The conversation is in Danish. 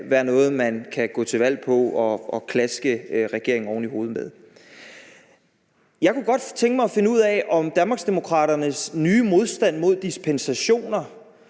være noget, man kan gå til valg på og klaske regeringen oven i hovedet med. Jeg kunne godt tænke mig at finde ud af, om Danmarksdemokraternes nye modstand mod dispensationer